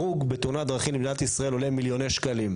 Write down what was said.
הרוג בתאונת דרכים בישראל עולה מיליוני שקלים.